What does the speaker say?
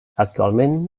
actualment